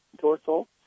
dorsal